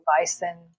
bison